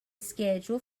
schedule